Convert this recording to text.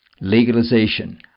legalization